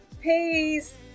peace